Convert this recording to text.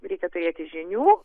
reikia turėti žinių